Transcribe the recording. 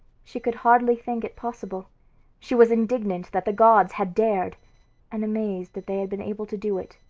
she could hardly think it possible she was indignant that the gods had dared and amazed that they had been able to do it.